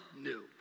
new